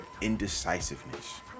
indecisiveness